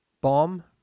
bomb